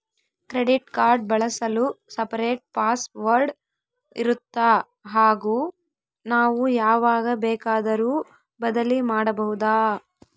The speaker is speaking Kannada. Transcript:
ಕ್ರೆಡಿಟ್ ಕಾರ್ಡ್ ಬಳಸಲು ಸಪರೇಟ್ ಪಾಸ್ ವರ್ಡ್ ಇರುತ್ತಾ ಹಾಗೂ ನಾವು ಯಾವಾಗ ಬೇಕಾದರೂ ಬದಲಿ ಮಾಡಬಹುದಾ?